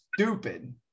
stupid